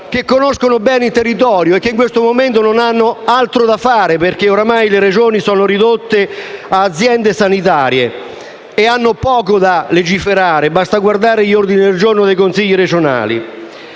che conoscono bene il territorio e che in questo momento non hanno altro da fare, perché ormai le Regioni sono ridotte ad aziende sanitarie e hanno poco da legiferare; basta guardare agli ordini del giorno dei Consigli regionali.